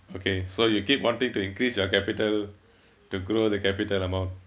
okay so you keep wanting to increase your capital to grow the capital amount